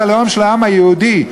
ממועצת ההימורים,